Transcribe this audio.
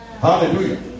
Hallelujah